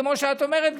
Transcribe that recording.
כמו שאת אומרת,